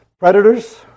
Predators